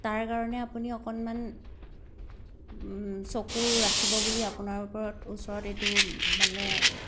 তাৰ কাৰণে আপুনি অকণমান চকু ৰাখিব বুলি আপোনাৰ ওপৰত ওচৰত এইটো মানে